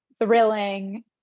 thrilling